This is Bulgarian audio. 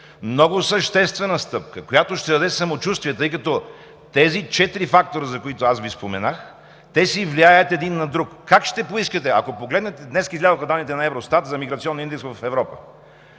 много съществена стъпка, която ще даде самочувствие, тъй като тези четири фактора, за които аз Ви споменах, те си влияят един на друг. Днес излязоха данните на Евростат за миграционния индекс в Европа.